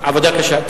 עבודה קשה.